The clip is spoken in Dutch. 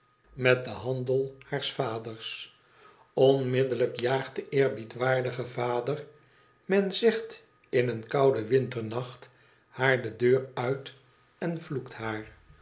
met den handel haars vaders onmiddellijk jaagt de eerbiedwaardige vader men zegt in een konden winternacht haar de deuruiten vloekt haar